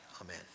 amen